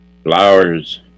flowers